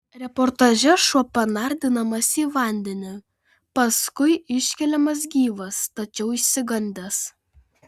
reportaže šuo panardinamas į vandenį paskui iškeliamas gyvas tačiau išsigandęs